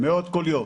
מאות כל יום.